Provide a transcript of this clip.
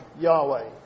Yahweh